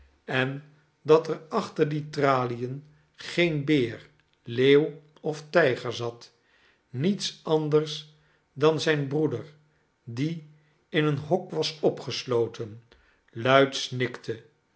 en dat er achter die tralien geen beer leeuw of tijger zat niets anders dan zijn broeder die in een hok was opgesloten luid snikte